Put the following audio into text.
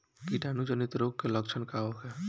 कीटाणु जनित रोग के लक्षण का होखे?